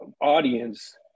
audience